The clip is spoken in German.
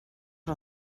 hat